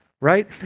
right